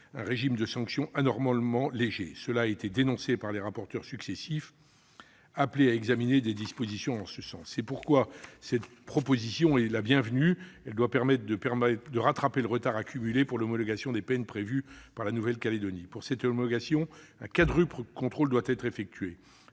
un régime de sanctions anormalement léger », dénoncé par les rapporteurs successifs appelés à examiner des dispositions en ce sens. C'est pourquoi cette proposition de loi est la bienvenue. Elle doit permettre de rattraper le retard accumulé pour l'homologation des peines prévues par la Nouvelle-Calédonie. Pour cette homologation, un quadruple contrôle doit être effectué.